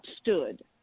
stood